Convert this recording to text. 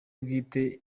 bwite